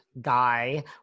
guy